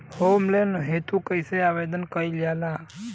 Home loan हेतु कइसे आवेदन कइल जाला?